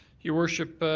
your worship,